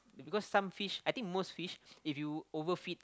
because some fish I think most fish if you overfeed